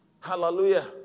Hallelujah